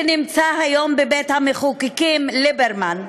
שנמצא היום בבית-המחוקקים, ליברמן,